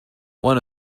one